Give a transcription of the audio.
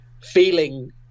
feeling